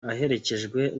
aherekejwe